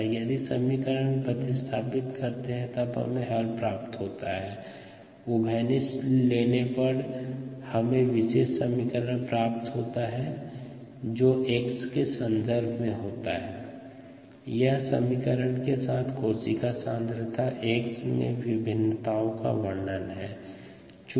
ln x0 μt0c यदि समीकरण में प्रतिस्थापित करते हैं हल निकलता है ln x μtln x0 μt0 उभयनिष्ठ लेने पर निम्न समीकरण प्राप्त होता है ln xx0μt t0 इस प्रकार x बराबर xx0eμt t0 यह समीकरण समय के साथ कोशिका सांद्रता x में विभिन्नताओं का वर्णन है